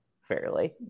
fairly